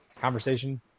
conversation